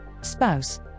spouse